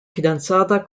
fidanzata